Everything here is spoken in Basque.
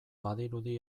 badirudi